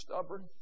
stubborn